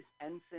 Ensign